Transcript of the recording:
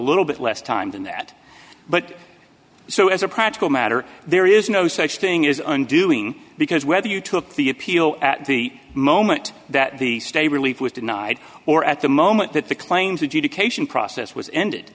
little bit less time than that but so as a practical matter there is no such thing as undoing because whether you took the appeal at the moment that the stay relief was denied or at the moment that the claims adjudication process was ended